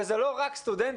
וזה לא רק סטודנטים.